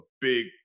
big